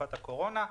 תקופת הקורונה.